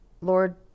Lord